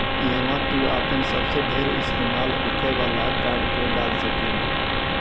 इहवा तू आपन सबसे ढेर इस्तेमाल होखे वाला कार्ड के डाल सकेल